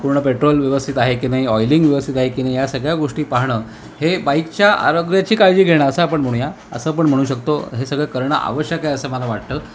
पूर्ण पेट्रोल व्यवस्थित आहे की नाही ऑइलिंग व्यवस्थित आहे की नाही या सगळ्या गोष्टी पाहणं हे बाईकच्या आरोग्याची काळजी घेणं असं आपण म्हणूया असं पण म्हणू शकतो हे सगळं करणं आवश्यक आहे असं मला वाटतं